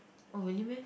oh really meh